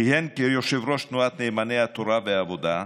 כיהן כיושב-ראש תנועת נאמני תורה ועבודה,